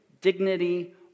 dignity